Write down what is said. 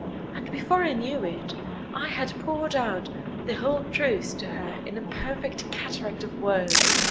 and before i knew it i had poured out the whole truth to her in a perfect cataract of words.